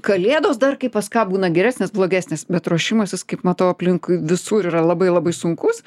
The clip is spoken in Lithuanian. kalėdos dar kai pas ką būna geresnės blogesnės bet ruošimasis kaip matau aplinkui visur yra labai labai sunkus